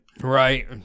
Right